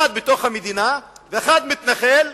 אחד בתוך המדינה ואחד מתנחל,